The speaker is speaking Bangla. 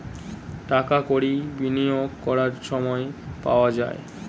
টাকা কড়ি বিনিয়োগ করার সময় পাওয়া যায়